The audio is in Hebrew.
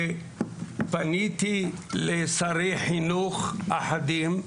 פניתי לשרי חינוך אחדים,